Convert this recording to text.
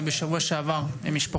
(הישיבה נפסקה בשעה 11:16 ונתחדשה בשעה